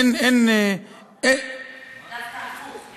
אין, דווקא הפוך.